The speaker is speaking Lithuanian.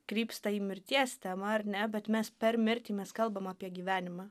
krypsta į mirties temą ar ne bet mes per mirtį mes kalbam apie gyvenimą